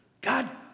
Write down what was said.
God